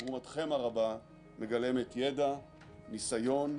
ראשון הדוברים, אבי סייג.